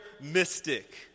mystic